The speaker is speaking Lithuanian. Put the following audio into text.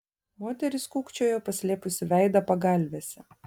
moteris kūkčiojo paslėpusi veidą pagalvėse